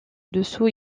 dessous